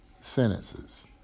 sentences